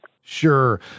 Sure